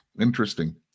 Interesting